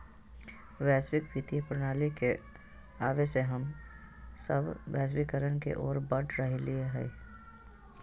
वैश्विक वित्तीय प्रणाली के आवे से हम सब वैश्वीकरण के ओर बढ़ रहलियै हें